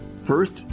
First